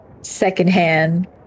secondhand